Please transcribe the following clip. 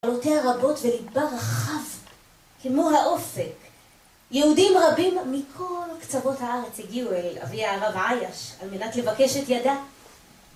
מעלותיה רבות ולדבר רחב כמו האופק, יהודים רבים מכל קצרות הארץ הגיעו אל אבי הרב עייש על מנת לבקש את ידה.